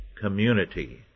community